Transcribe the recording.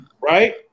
right